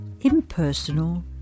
Impersonal